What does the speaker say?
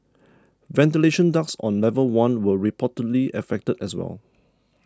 ventilation ducts on level one were reportedly affected as well